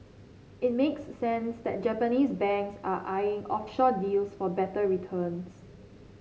it makes sense that Japanese banks are eyeing offshore deals for better returns